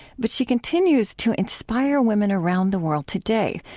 but she continues to inspire women around the world today,